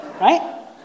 Right